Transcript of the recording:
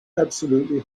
absolutely